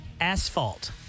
asphalt